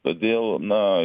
todėl na